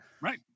right